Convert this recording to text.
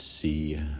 See